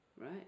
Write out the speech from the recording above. Right